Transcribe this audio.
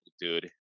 dude